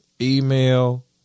email